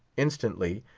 instantly,